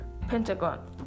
Pentagon